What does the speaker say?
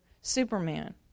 Superman